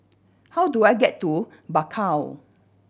how do I get to Bakau